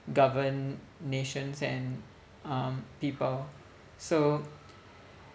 govern nations and um people so